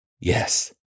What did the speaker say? yes